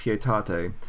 pietate